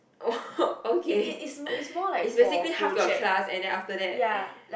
oh okay is basically half your class and then after that